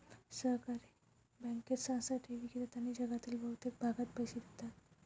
सहकारी बँकिंग संस्था ठेवी घेतात आणि जगातील बहुतेक भागात पैसे देतात